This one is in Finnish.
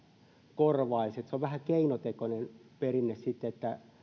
korvaisi se on vähän keinotekoinen perinne sitten että